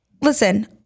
Listen